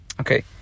Okay